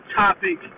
topic